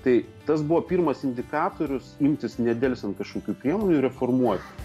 tai tas buvo pirmas indikatorius imtis nedelsiant kažkokių priemonių reformuoti